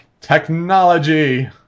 Technology